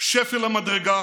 שפל המדרגה.